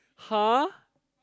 huh